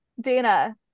Dana